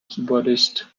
keyboardist